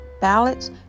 ballots